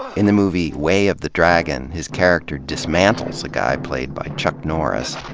in the movie way of the dragon, his character dismantles a guy played by chuck norris,